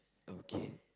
okay